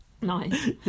Nice